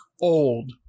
old